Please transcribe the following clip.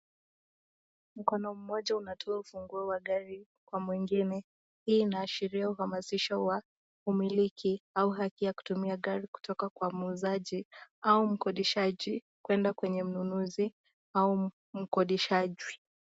Mkono moja unatoa ufunguo wa gari kwa mwingine, hii inaashiria uhamasisho wa umiliki, au haki ya kutumia gari kutoka kwa muuzaji au mkodishaji kwenda kwenye mnunuzi au mkodishaji.